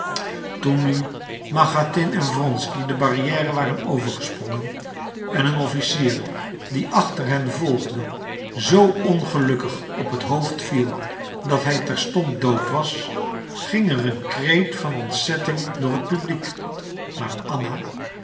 toen nu machatin en wronsky de barrière waren overgesprongen en een officier die achter hen volgde zoo ongelukkig op het hoofd viel dat hij terstond dood was ging er een kreet van ontzetting door het publiek maar